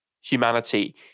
humanity